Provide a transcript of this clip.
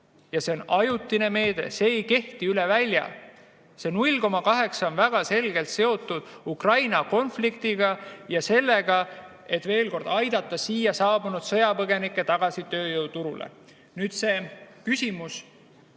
ja see on ajutine meede, see ei kehti üle välja. See 0,8 on väga selgelt seotud Ukraina konfliktiga ja sellega, et aidata siia saabunud sõjapõgenikud tagasi tööjõuturule. Nüüd, see küsimus,